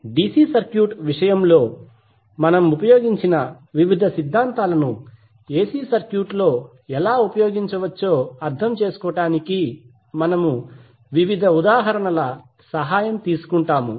DC circuit విషయంలో మనం ఉపయోగించిన వివిధ సిద్ధాంతాలను ఎసి సర్క్యూట్లో ఎలా ఉపయోగించవచ్చో అర్థం చేసుకోవడానికి మనము వివిధ ఉదాహరణల సహాయం తీసుకుంటాము